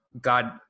God